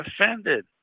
offended